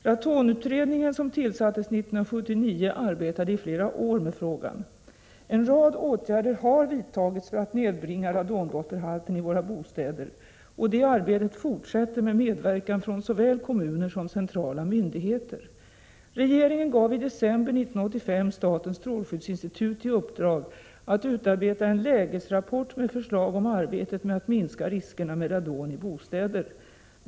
Radonutredningen, som tillsattes 1979, arbetade i flera år med frågan. En rad åtgärder har vidtagits för att nedbringa radondotterhalten i våra bostäder, och det arbetet fortsätter med medverkan från såväl kommuner som centrala myndigheter. Regeringen gav i december 1985 statens strålskyddsinstitut i uppdrag att utarbeta en lägesrapport med förslag om arbetet med att minska riskerna med radon i bostäder.